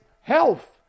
health